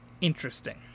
interesting